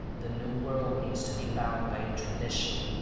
the new world needs to be bound by a tradition,